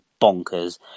bonkers